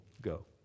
go